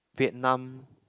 Vietnam